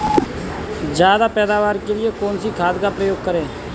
ज्यादा पैदावार के लिए कौन सी खाद का प्रयोग करें?